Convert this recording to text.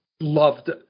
loved